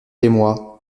émoi